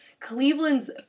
Cleveland's